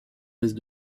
laisse